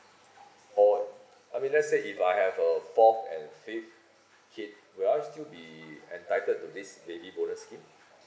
oh I mean let's say if I have a fourth and fifth kid will I still be entitled to this baby bonus scheme